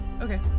Okay